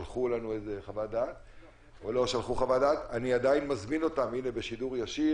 אני עדיין מזמין אותם בשידור ישיר,